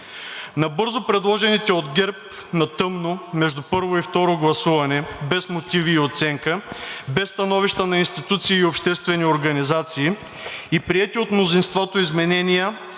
Набързо предложените от ГЕРБ на тъмно между първо и второ гласуване без мотиви и оценка, без становища на институции и обществени организации и приети от мнозинството изменения,